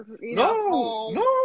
no